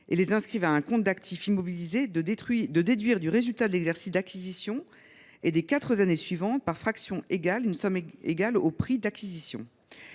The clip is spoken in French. et les inscrivent à un compte d’actif immobilisé » de « déduire du résultat de l’exercice d’acquisition et des quatre années suivantes, par fractions égales, une somme égale au prix d’acquisition